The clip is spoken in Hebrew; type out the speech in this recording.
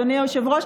אדוני היושב-ראש,